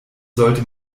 sollte